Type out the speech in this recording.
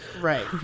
right